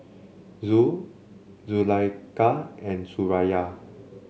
Zul Zulaikha and Suraya